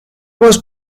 was